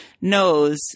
knows